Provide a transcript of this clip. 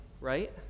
right